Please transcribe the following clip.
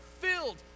filled